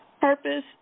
Purpose